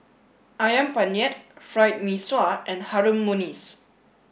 Ayam Penyet Fried Mee Sua and Harum Manis